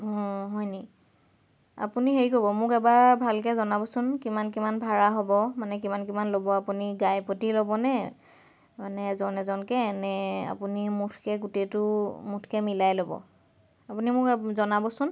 অ হয়নি আপুনি হেৰি কৰিব মোক এবাৰ ভালকৈ জনাবচোন কিমান কিমান ভাৰা হ'ব মানে কিমান কিমান ল'ব আপুনি গাইপতি ল'বনে মানে এজন এজনকৈ নে আপুনি মুঠকৈ গোটেইটো মুঠকৈ মিলাই ল'ব আপুনি মোক জনাবচোন